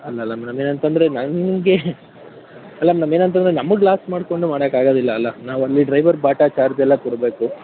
ಅಲ್ಲ ಅಲ್ಲ ಮೇಡಮ್ ಏನಂತಂದರೆ ನನ್ಗೆ ಅಲ್ಲ ಮ್ಯಾಮ್ ಏನಂತಂದರೆ ನಮಗೆ ಲಾಸ್ ಮಾಡಿಕೊಂಡು ಮಾಡಕ್ಕೆ ಆಗೋದಿಲ್ಲ ನಾವು ಓನ್ಲಿ ಡ್ರೈವರ್ ಬಾಟ ಚಾರ್ಜೆಲ್ಲ ಕೊಡಬೇಕು